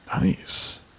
Nice